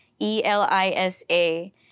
E-L-I-S-A